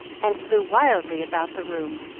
and flew wildly about the room.